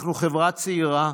אנחנו חברה צעירה.